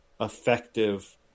effective